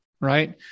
Right